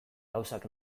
gauzak